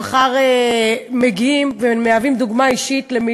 שמחר מגיעים ומהווים דוגמה אישית ל-1.2